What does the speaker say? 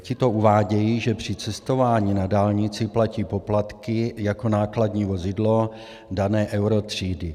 Tito uvádějí, že při cestování na dálnici platí poplatky jako nákladní vozidlo dané EURO třídy.